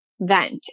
vent